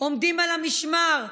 עומדים על המשמר,